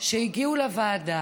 שהגיעו לוועדה